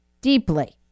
deeply